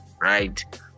right